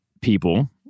people